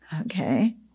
okay